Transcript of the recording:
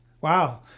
Wow